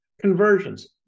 Conversions